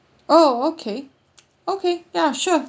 oh okay okay ya sure